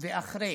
ו"אחרי".